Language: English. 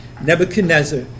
Nebuchadnezzar